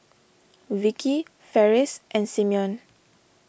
Vicky Ferris and Simeon